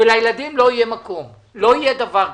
ולילדים לא יהיה מקום - לא יהיה דבר כזה.